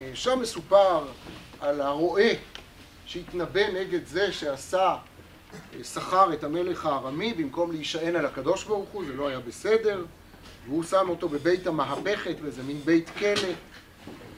שם מסופר על הרועה שהתנבא נגד זה שעשה סחר את המלך הארמי במקום להישען על הקדוש ברוך הוא. זה לא היה בסדר והוא שם אותו בבית המהפכת באיזה מין בית כלא